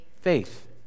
faith